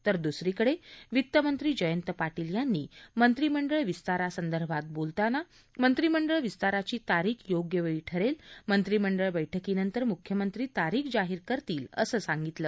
तर दुसरीकडे वित्त मंत्री जयंत पाटील यांनी मंत्रिमंडळ विस्तारासंदर्भात बोलताना मंत्रिमंडळ विस्ताराची तारीख योग्य वेळी ठरेल मंत्रिमंडळ बैठकीनंतर मुख्यमंत्री तारीख जाहीर करतील असं सांगितलं